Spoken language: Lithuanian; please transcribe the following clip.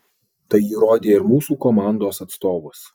tai įrodė ir mūsų komandos atstovas